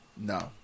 no